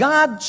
God